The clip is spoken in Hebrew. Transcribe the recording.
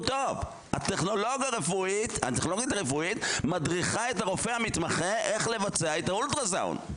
הטכנולוגית הרפואית מדריכה את הרופא המתמחה איך לבצע את האולטרסאונד.